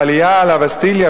והעלייה על הבסטיליה,